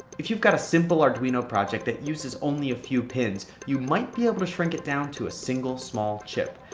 if you've got a simple arduino project that uses only a few pins, you might be able to shrink it down to a single, small chip.